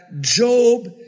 Job